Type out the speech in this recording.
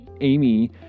amy